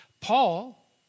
Paul